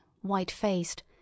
white-faced